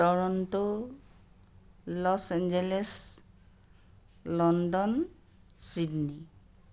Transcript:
Toronto Los Angeles London Sydney